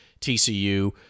TCU